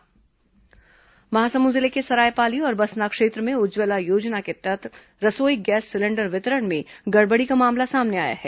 उज्जवला योजना गड़बड़ी महासमुंद जिले के सरायपाली और बसना क्षेत्र में उज्जवला योजना के अंतर्गत रसोई गैस सिलेंडर वितरण में गड़बड़ी का मामला सामने आया है